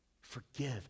Forgive